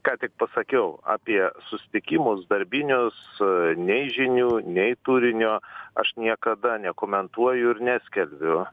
ką tik pasakiau apie susitikimus darbinius nei žinių nei turinio aš niekada nekomentuoju ir neskelbiu